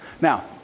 Now